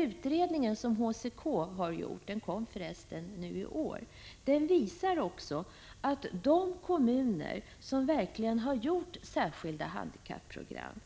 Utredningen som HCK har gjort — den kom förresten nu i år — visar också att de kommuner som verkligen har gjort särskilda handikapprogram